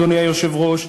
אדוני היושב-ראש.